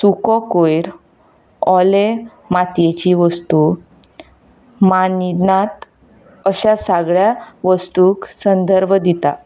सुको कयर ओले मात्येची वस्तू अश्या सगळ्या वस्तूंक संदर्भ दिता